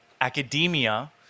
academia